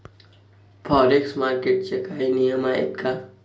Forex मार्केटचे काही नियम आहेत का?